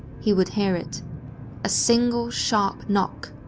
he would hear it a single, sharp knock,